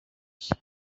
cye